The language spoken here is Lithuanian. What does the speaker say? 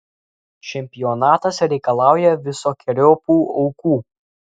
čempionatas reikalauja visokeriopų aukų